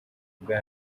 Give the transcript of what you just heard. bwa